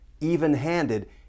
even-handed